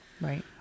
right